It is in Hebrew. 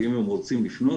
ואם הם רוצים לפנות,